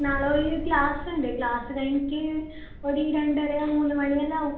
നാളെ ഒരു ക്ലാസ് ഉണ്ട് ക്ലാസ് കഴിഞ്ഞിട്ട് ഒരു രണ്ടര മൂന്ന് മണി എല്ലാം ആവും